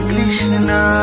Krishna